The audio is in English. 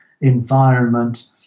environment